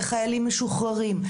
חיילים משוחררים,